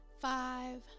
five